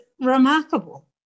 remarkable